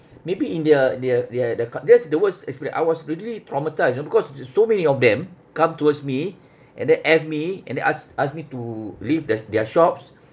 maybe in their their their the coun~ that's the worst experience I was really traumatised you know because there's so many of them come towards me and then F me and then asked asked me to leave there their shops